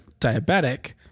diabetic